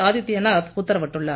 ஆதித்ய நாத் உத்தரவிட்டுள்ளார்